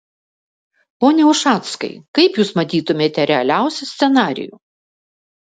pone ušackai kaip jūs matytumėte realiausią scenarijų